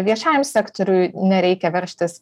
viešajam sektoriui nereikia veržtis